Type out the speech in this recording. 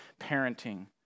parenting